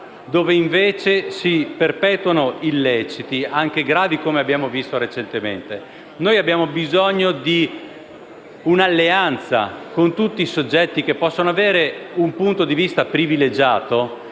dove invece si perpetuano illeciti anche gravi, come abbiamo visto recentemente. Noi abbiamo bisogno di un'alleanza con tutti i soggetti che possono avere un punto di vista privilegiato,